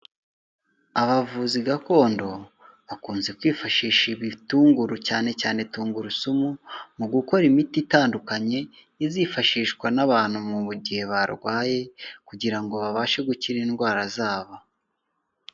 Abavuzi gakondo, bakunze kwifashisha ibitunguru cyane cyane tungurusumu, mu gukora imiti itandukanye, izifashishwa n'abantu mu gihe barwaye, kugira ngo babashe gukira indwara zabo.